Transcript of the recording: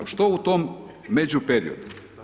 Što u tom međuperiodu?